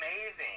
amazing